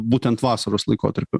būtent vasaros laikotarpiu